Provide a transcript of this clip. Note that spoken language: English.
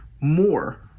more